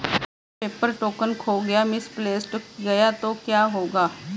अगर paper token खो misplaced गया तो क्या होगा?